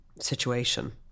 situation